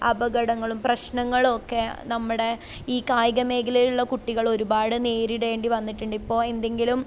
അപകടങ്ങളും പ്രശ്നങ്ങളൊക്കെ നമ്മുടെ ഈ കായിക മേഖലയിലുള്ള കുട്ടികൾ ഒരുപാട് നേരിടേണ്ടി വന്നിട്ടുണ്ട് ഇപ്പോൾ എന്തെങ്കിലും